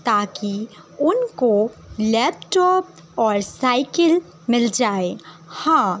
تاکہ ان کو لیپ ٹاپ اور سائیکل مل جائے ہاں